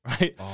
right